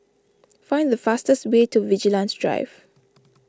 find the fastest way to Vigilantes Drive